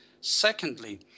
Secondly